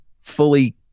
fully